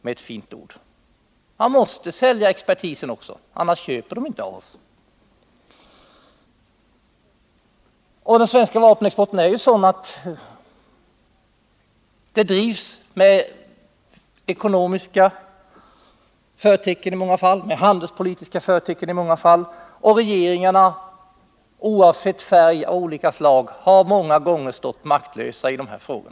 Man måste sälja expertisen också, annars köper andra länder inte av oss. Den svenska vapenexporten bedrivs ju i många fall med ekonomiska och även med handelspolitiska förtecken, och regeringarna har, oavsett färg, många gånger stått maktlösa i sådana frågor.